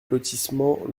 lotissement